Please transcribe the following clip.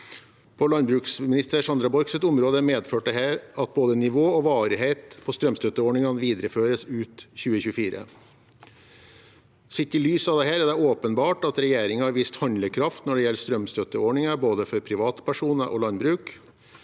landbruksminister Sandra Borchs område medførte dette at både nivå og varighet på strømstøtteordningene videreføres ut 2024. Sett i lys av dette er det åpenbart at regjeringen har vist handlekraft når det gjelder strømstøtteordninger både for privatpersoner og landbruk.